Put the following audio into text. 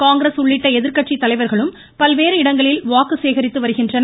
காங்கிரஸ் உள்ளிட்ட எதிர்கட்சி தலைவர்களும் பல்வேறு இடங்களில் வாக்கு சேகரித்து வருகின்றனர்